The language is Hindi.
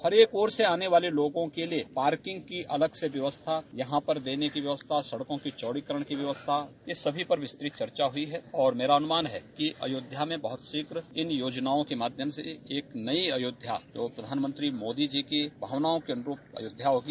हर एक ओर से आने वाले लोगों के लिए पार्किंग की अलग से व्यवस्था यहां पर देने की व्यवस्था सड़कों के चौड़ीकरण की व्यवस्था ये सभी पर विस्तृत चर्चा हुई है और मेरा अनुमान है कि अयोध्या में बहुत शीघ इन योजनाओं के माध्यम से एक नई अयोध्या जो प्रधानमंत्री मोदी जी की भावनाओं के अनुरूप अयोध्या होगी